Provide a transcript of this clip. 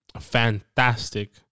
fantastic